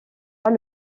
pas